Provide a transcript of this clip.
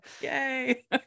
Yay